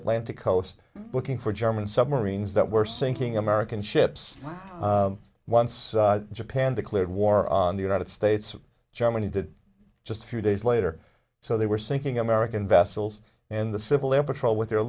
atlantic coast looking for german submarines that were sinking american ships once japan declared war on the united states germany did just a few days later so they were sinking american vessels in the civil air patrol with their